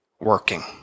working